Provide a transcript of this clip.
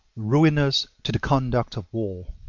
ruinous to the conduct of war.